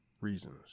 reasons